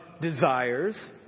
desires